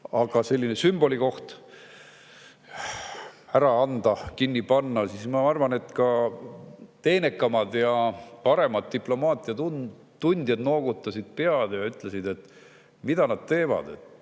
Aga selline sümbolikoht ära anda, kinni panna! Ma arvan, et ka teenekamad ja paremad diplomaatia tundjad [vangutasid] pead ja ütlesid: "Mida nad teevad?